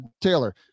Taylor